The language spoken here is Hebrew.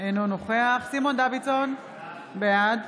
אינו נוכח סימון דוידסון, בעד